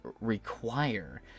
require